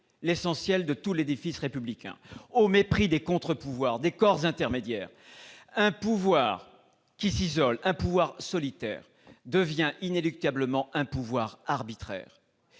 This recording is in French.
l'essentiel de tout l'édifice républicain, au mépris des contre-pouvoirs, des corps intermédiaires, un pouvoir qui s'isole, un pouvoir solitaire devient inéluctablement un pouvoir arbitraire.